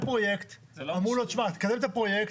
בפרויקט אמרו לו תשמע, תקדם את הפרויקט.